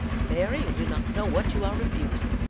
mary, you do not know what you are refusing.